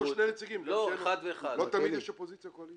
או שני נציגים לא תמיד יש אופוזיציה-קואליציה.